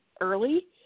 early